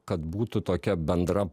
kad būtų tokia bendra